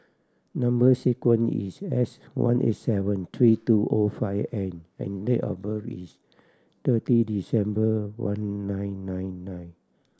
number sequence is S one eight seven three two O five N and date of birth is thirty December one nine nine nine